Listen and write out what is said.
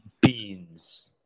Beans